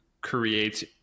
creates